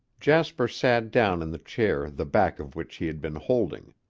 jasper sat down in the chair the back of which he had been holding.